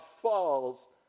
falls